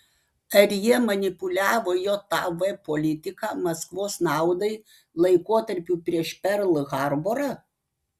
ar jie manipuliavo jav politika maskvos naudai laikotarpiu prieš perl harborą